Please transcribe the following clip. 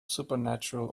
supernatural